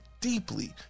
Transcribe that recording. deeply